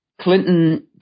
Clinton